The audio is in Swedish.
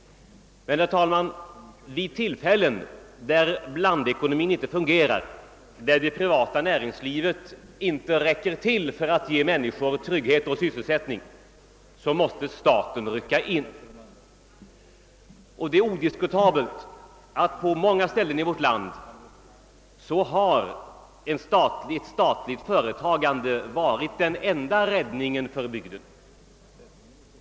Men vid tillfällen då blandekonomin inte fungerar, då det privata näringslivet inte räcker till för att ge människorna trygghet och sysselsättning, måste staten rycka in. Och det är odiskutabelt, att på många håll i vårt land har ett statligt företagande varit den enda räddningen för bygden.